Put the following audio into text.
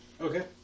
Okay